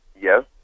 Yes